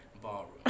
Ballroom